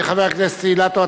חבר הכנסת אילטוב,